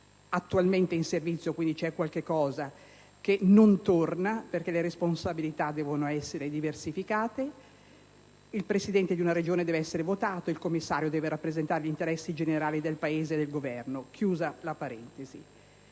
a testimonianza che c'è qualcosa che non torna perché le responsabilità devono essere diversificate: il Presidente di una Regione deve essere votato, il commissario deve rappresentare gli interessi generali del Paese e del Governo.